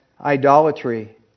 idolatry